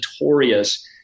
notorious